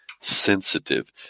sensitive